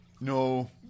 no